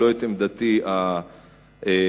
לא את עמדתי הפרטית,